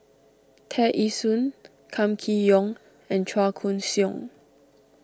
Tear Ee Soon Kam Kee Yong and Chua Koon Siong